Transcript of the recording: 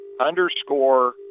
underscore